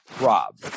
Rob